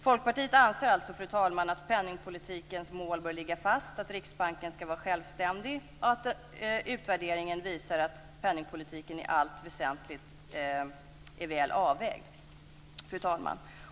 Folkpartiet anser alltså att penningpolitikens mål bör ligga fast, att Riksbanken skall vara självständig och att utvärderingen visar att penningpolitiken i allt väsentligt är väl avvägd.